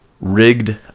Rigged